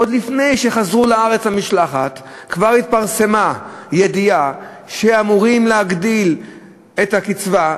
עוד לפני שחזרה לארץ המשלחת כבר התפרסמה ידיעה שאמורים להגדיל את הקצבה,